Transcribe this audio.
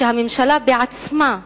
שהממשלה בעצמה יצרה: